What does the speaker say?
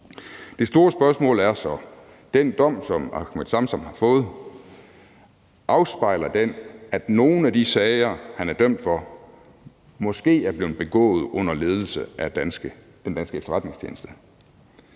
Det store spørgsmål er så: Afspejler den dom, som Ahmed Samsam har fået, at nogen af de sager, han er dømt for, måske er blevet begået under ledelse af den danske efterretningstjeneste?